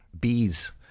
bees